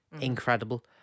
incredible